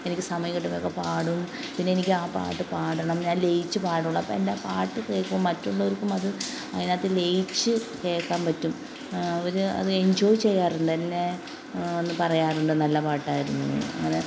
എനിക്ക് സമയം കിട്ടുമ്പോഴൊക്കെ പാടും പിന്നെ എനിക്ക് ആ പാട്ട് പാടണം ഞാൻ ലയിച്ച് പാടുള്ളു അപ്പം എൻ്റെ പാട്ട് കേൾക്കുമ്പം മറ്റുള്ളവർക്കും അത് അതിനകത്ത് ലയിച്ച് കേൾക്കാൻ പറ്റും അവർ അത് എഞ്ചോയ് ചെയ്യാറുണ്ട് അതിനെ എന്നും പറയാറുണ്ട് നല്ല പാട്ടായിരുന്നു അങ്ങനെ